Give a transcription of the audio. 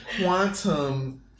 quantum